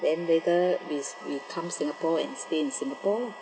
then later we we come singapore and stay in singapore